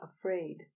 afraid